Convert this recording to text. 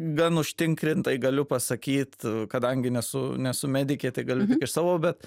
gan užtinkrintai galiu pasakyt kadangi nesu nesu medikė tai gali iš savo bet